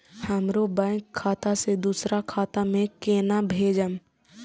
हमरो बैंक खाता से दुसरा खाता में केना भेजम?